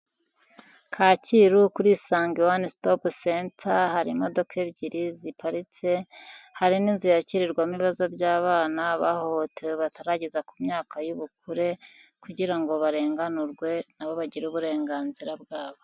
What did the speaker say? Kacyiru kuri Isange wani sitopu senta, hari imodoka ebyiri ziparitse, hari n'inzu yakirirwamo ibibazo by'abana bahohotewe batarageza ku myaka y'ubukure, kugira ngo barenganurwe nabo bagire uburenganzira bwabo.